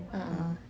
a'ah